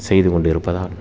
செய்துக் கொண்டு இருப்பதால்